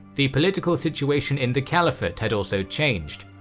the political situation in the caliphate had also changed,